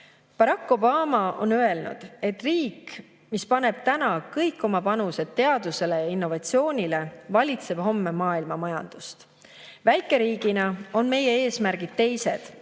Barack Obama on öelnud, et riik, mis paneb täna kõik oma panused teadusele ja innovatsioonile, valitseb homme maailma majandust. Väikeriigina on meie eesmärgid teised,